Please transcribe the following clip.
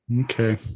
Okay